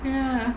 ya